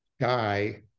guy